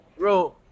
Bro